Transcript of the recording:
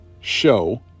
show